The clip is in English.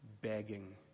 begging